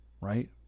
right